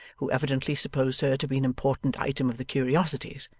who evidently supposed her to be an important item of the curiosities,